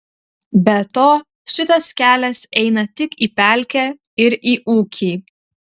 be to šitas kelias eina tik į pelkę ir į ūkį